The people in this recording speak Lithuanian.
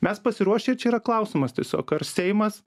mes pasiruošę čia yra klausimas tiesiog ar seimas